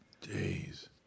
Days